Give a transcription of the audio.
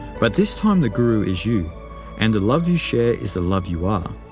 but this time the guru is you and the love you share is the love you are.